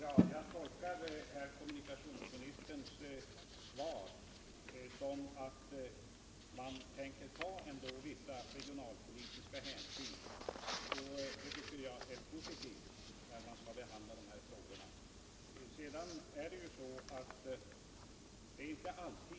Herr talman! Jag tolkar kommunikationsministerns svar så att man ändå tänker ta vissa regionalpolitiska hänsyn när man skall behandla den här frågan, och det tycker jag är positivt.